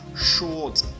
short